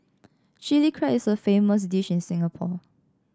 Chilli Crab is a famous dish in Singapore